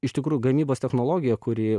iš tikrųjų gamybos technologija kuri